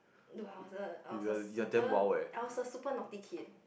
no I was a I was a super I was a super naughty kid